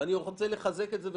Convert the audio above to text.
ואני רוצה לחזק את זה.